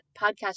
podcast